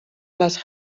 les